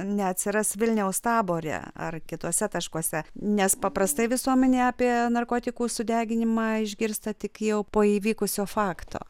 neatsiras vilniaus tabore ar kituose taškuose nes paprastai visuomenėje apie narkotikų sudeginimą išgirsta tik jau po įvykusio fakto